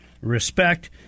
respect